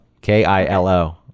K-I-L-O